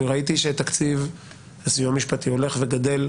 ראיתי שתקציב הסיוע המשפטי הולך וגדל,